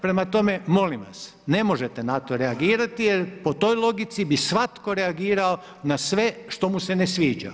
Prema tome, molim vas, ne možete na to reagirati, jer po toj logici, bi svatko reagirao na sve što mu se ne sviđa.